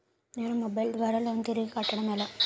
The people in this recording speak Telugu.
నేను మొబైల్ ద్వారా లోన్ తిరిగి కట్టడం ఎలా?